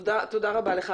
תודה רבה לך.